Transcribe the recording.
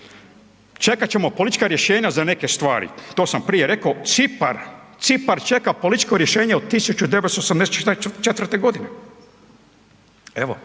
Čekat ćemo politička rješenja za neke stvari, to sam prije rekao. Cipar, Cipar čeka političko rješenje od 1984. godine, evo